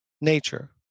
nature